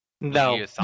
No